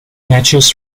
matches